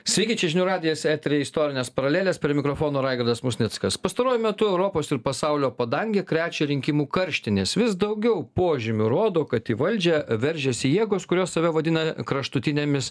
sveiki čia žinių radijas etery istorinės paralelės prie mikrofono raigardas musnickas pastaruoju metu europos ir pasaulio padangę krečia rinkimų karštinės vis daugiau požymių rodo kad į valdžią veržiasi jėgos kurios save vadina kraštutinėmis